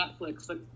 Netflix